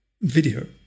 video